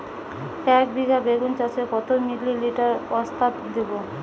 একবিঘা বেগুন চাষে কত মিলি লিটার ওস্তাদ দেবো?